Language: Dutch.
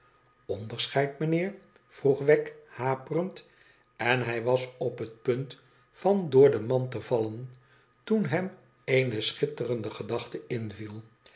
onderscheid meneer vroeg wegg haperend en hij was op het pimt van door de mand te vallen toen hem eene schitterende gedachte inviel